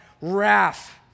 wrath